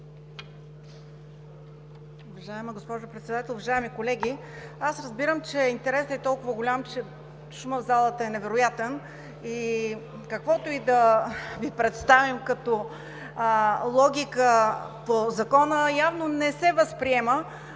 Уважаема госпожо Председател! Уважаеми колеги, аз разбирам, че интересът е толкова голям, че шумът в залата е невероятен и каквото и да Ви представим като логика по Закона, явно не се възприема.